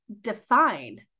defined